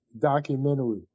documentary